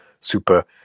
super